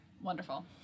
Wonderful